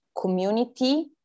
community